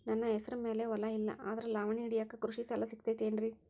ನನ್ನ ಹೆಸರು ಮ್ಯಾಲೆ ಹೊಲಾ ಇಲ್ಲ ಆದ್ರ ಲಾವಣಿ ಹಿಡಿಯಾಕ್ ಕೃಷಿ ಸಾಲಾ ಸಿಗತೈತಿ ಏನ್ರಿ?